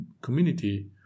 community